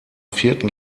vierten